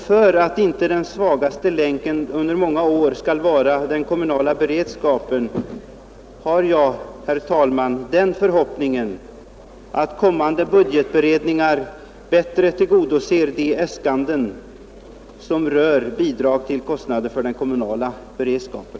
För att inte den svagaste länken under många år skall vara den kommunala beredskapen har jag, herr talman, den förhoppningen att kommande budgetberedningar bättre skall tillgodose de äskanden som rör bidrag till kostnader för den kommunala beredskapen.